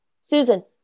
Susan